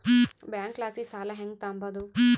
ಬ್ಯಾಂಕಲಾಸಿ ಸಾಲ ಹೆಂಗ್ ತಾಂಬದು?